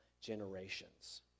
generations